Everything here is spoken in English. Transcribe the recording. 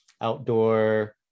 outdoor